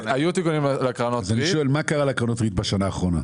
אני שואל: מה קרה לקרנות הריט בשנה האחרונה?